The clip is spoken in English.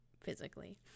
physically